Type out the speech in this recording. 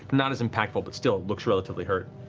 not as impactful but still, it looks relatively hurt.